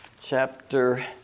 chapter